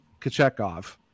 Kachekov